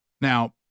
Now